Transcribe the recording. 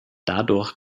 dadurch